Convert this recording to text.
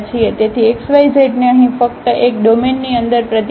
તેથીxyz ને અહીં ફક્ત એક ડોમેનની અંદર પ્રતિબંધિત છે